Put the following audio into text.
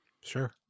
Sure